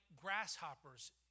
grasshoppers